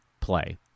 play